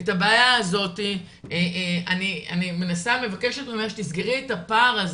את הבעיה הזאת אני מנסה ומבקשת ממך שתסגרי את הפער הזה.